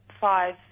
five